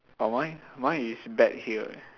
or mine mine is bet here eh